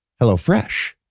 HelloFresh